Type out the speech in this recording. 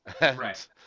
Right